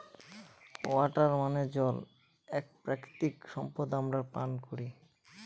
water মানে জল এক প্রাকৃতিক সম্পদ আমরা পান করি